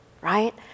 Right